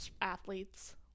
athletes